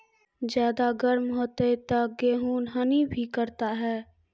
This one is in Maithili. ज्यादा गर्म होते ता गेहूँ हनी भी करता है?